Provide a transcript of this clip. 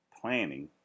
planning